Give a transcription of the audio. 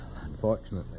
unfortunately